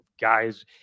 guys